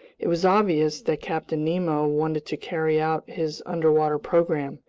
it was obvious that captain nemo wanted to carry out his underwater program,